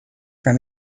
from